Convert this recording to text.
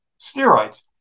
steroids